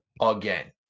again